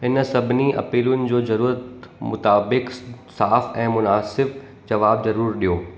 इन सभिनी अपीलुनि जो ज़रूरत मुताबिक़ु साफ़ु ऐं मुनासिबु जवाबु ज़रूरु ॾियो